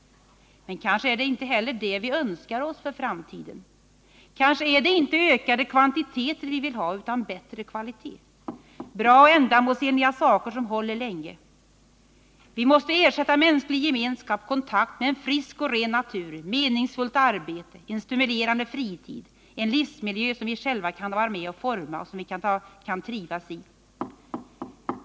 Men kanske är det inte heller det vi önskar oss för framtiden. Kanske är det inte ökade kvantiteter vi vill ha utan bättre kvalitet, bra och ändamålsenliga saker som håller länge. Vi måste ersätta mänsklig gemenskap och kontakt med en frisk och ren natur, meningsfullt arbete, en stimulerande fritid och en livsmiljö som vi själva kan vara med och forma och som vi kan trivas i.